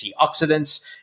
antioxidants